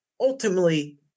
Ultimately